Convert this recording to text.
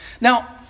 Now